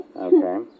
Okay